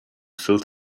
filled